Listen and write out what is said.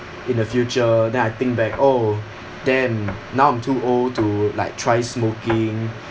in the future then I think back oh damn now I'm too old to like try smoking